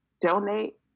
donate